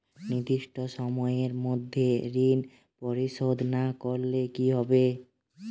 নির্দিষ্ট সময়ে মধ্যে ঋণ পরিশোধ না করলে কি হবে?